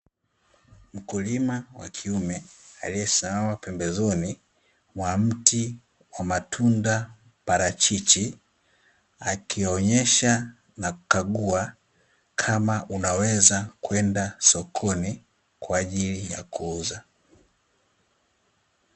Mkulima wa kiume aliyesimama pembezoni mwa mti wa matunda parahichi, akionyesha na kukagua kama unaweza kwenda sokoni kwa ajili ya kuuza.